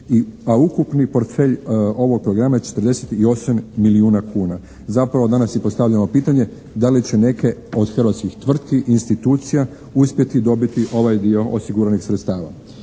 a ukupni portfelj ovog programa je 48 milijuna kuna. Zapravo danas si postavljamo pitanje, da li će neke od hrvatskih tvrtki institucija uspjeti dobiti ovaj dio osiguranih sredstava.